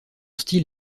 style